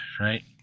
Right